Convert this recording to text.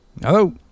Hello